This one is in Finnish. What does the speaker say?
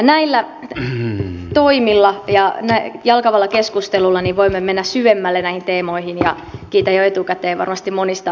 näillä toimilla ja alkavalla keskustelulla voimme mennä syvemmälle näihin teemoihin ja kiitän jo etukäteen varmasti monista rikkaista puheenvuoroista